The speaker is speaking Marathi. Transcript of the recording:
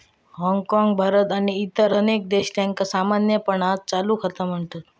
हाँगकाँग, भारत आणि इतर अनेक देश, त्यांका सामान्यपणान चालू खाता म्हणतत